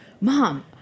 Mom